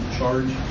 charge